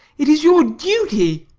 it is your duty.